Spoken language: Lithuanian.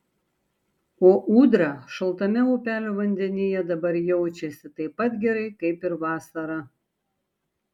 o ūdra šaltame upelio vandenyje dabar jaučiasi taip pat gerai kaip ir vasarą